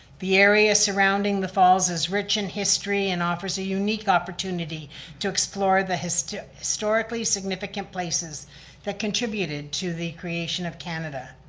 the area surrounding the falls is rich in history and offers a unique opportunity to explore the historically significant places that contributed to the creation of canada.